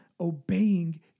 obeying